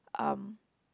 um